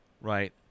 Right